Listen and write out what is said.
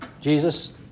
Jesus